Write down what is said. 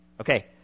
okay